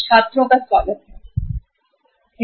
छात्रों का स्वागत करते हैं